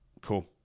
cool